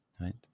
right